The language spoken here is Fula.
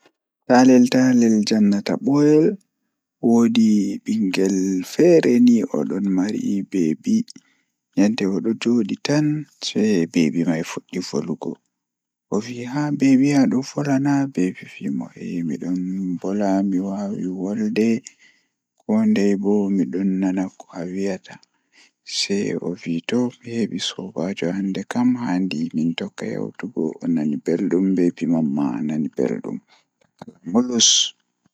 Taalel taalel jannata booyel, Woodi nyende feere himbe hefti kubliwol jei mabbititta hala dammugal jei kupli fuu, Be yahi be yecci lamdo wuro lamdo wee be waddina mo kubliwol man ashe woodi suudu feere suudu man don hebbini be ceede jawee moimoy lamdo man sei yahi mabbiti dammugal man nasti hoosi ceede jawe moimoy jei nder saare man fuu, Owari o sassahi himbe wuro man ohokkibe ceede, Omahini be ci'e kala mo wala kare fuu osonni dum kare ohokki be nyamdu kobe nyaama.